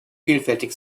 vielfältig